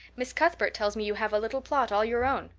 miss cuthbert tells me you have a little plot all your own.